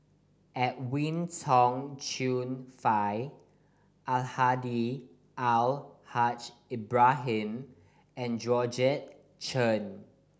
Edwin Tong Chun Fai Almahdi Al Haj Ibrahim and Georgette Chen